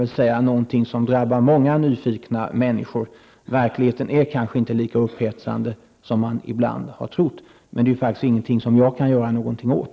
Det är tyvärr någonting som drabbar många nyfikna människor. Verkligheten är kanske inte lika upphetsande som man ibland har trott. Men det är faktiskt ingenting som jag kan göra någonting åt.